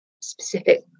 specific